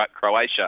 Croatia